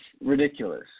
ridiculous